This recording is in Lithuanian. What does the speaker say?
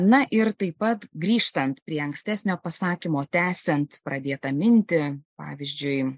na ir taip pat grįžtant prie ankstesnio pasakymo tęsiant pradėtą mintį pavyzdžiui